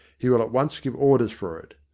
he will at once give orders for it.